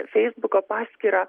feisbuko paskyrą